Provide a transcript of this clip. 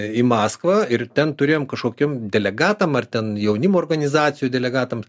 į maskvą ir ten turėjom kažkokiem delegatam ar ten jaunimo organizacijų delegatam